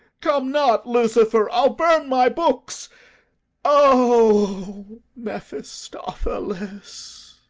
come not, lucifer! i'll burn my books o mephistophilis!